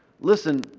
listen